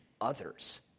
others